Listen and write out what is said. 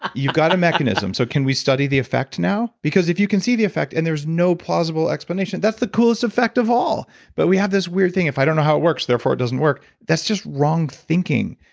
you've got a mechanism, so can we study the effect now? because if you can see the effect, and there's no plausible explanation, that's the coolest effect of all but we have this weird thing, if i don't know how it works therefore, it doesn't work. that's just wrong thinking.